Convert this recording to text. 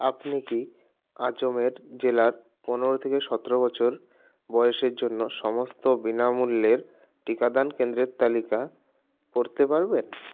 আপনি কি আজমের জেলার পনেরো থেকে সতেরো বছর বয়সের জন্য সমস্ত বিনামূল্যের টিকাদান কেন্দ্রের তালিকা করতে পারবেন